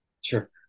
Sure